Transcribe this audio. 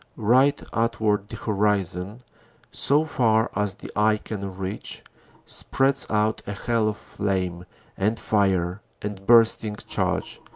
right athwart the horizon so far as the eye can reach spreads out a hell of flame and fire and bursting charge,